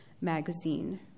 magazine